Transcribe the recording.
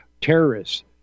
terrorists